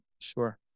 Sure